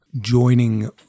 joining